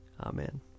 Amen